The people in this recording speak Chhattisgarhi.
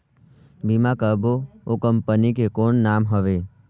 बीमा करबो ओ कंपनी के कौन नाम हवे?